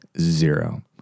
zero